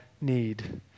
need